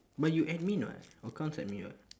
but you admin [what] accounts admin [what]